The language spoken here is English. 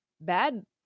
bad